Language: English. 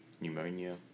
pneumonia